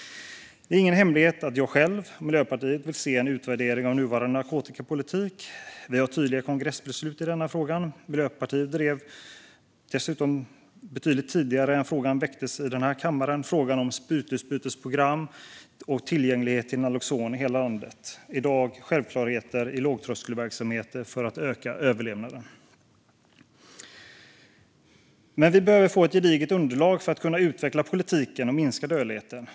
Det är ingen hemlighet att jag och Miljöpartiet vill se en utvärdering av nuvarande narkotikapolitik. Vi har tydliga kongressbeslut i denna fråga. Långt innan frågan om sprutbytesprogram väcktes i den här kammaren drev Miljöpartiet dessutom den frågan samt att naloxon skulle vara tillgängligt i hela landet. I dag är det självklarheter i lågtröskelverksamheter för att öka överlevnaden. Vi behöver dock få ett gediget underlag för att kunna utveckla politiken och minska dödligheten.